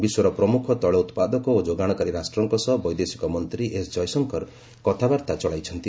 ବିଶ୍ୱର ପ୍ରମ୍ରଖ ତେଳ ଉତ୍ପାଦକ ଓ ଯୋଗାଣକାରୀ ରାଷ୍ଟ୍ରଙ୍କ ସହ ବୈଦେଶିକ ମନ୍ତ୍ରୀ ଏସ୍ ଜୟଶଙ୍କର କଥାବାର୍ତ୍ତା ଚଳାଇଛନ୍ତି